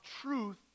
truth